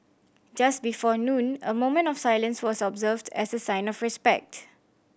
just before noon a moment of silence was observed as a sign of respect